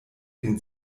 den